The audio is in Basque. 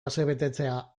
asebetetzea